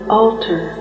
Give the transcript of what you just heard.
altar